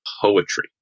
poetry